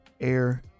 air